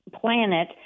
planet